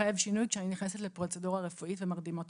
החינוך, כאשר עולה החשד שמישהו מותקף מינית,